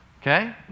Okay